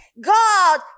God